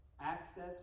Access